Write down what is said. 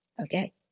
okay